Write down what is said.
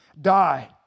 die